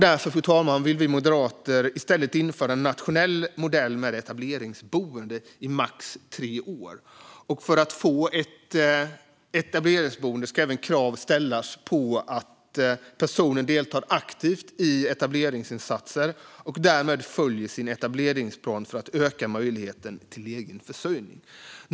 Därför, fru talman, vill vi moderater i stället införa en nationell modell med etableringsboende i max tre år. För att en person ska få ett etableringsboende ska det även ställas krav på att personen deltar aktivt i etableringsinsatser och därmed följer sin etableringsplan för att öka möjligheten till egen försörjning.